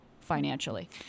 financially